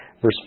Verse